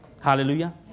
hallelujah